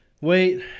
Wait